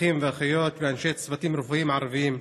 אחים ואחיות ואנשי צוותים רפואיים ערבים.